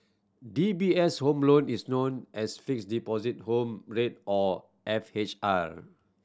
D B S Home Loan is known as Fixed Deposit Home Rate or F H R